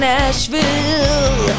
Nashville